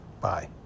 Bye